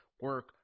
Work